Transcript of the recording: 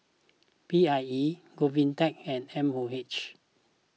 P I E Govtech and M O H